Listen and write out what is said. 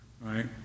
Right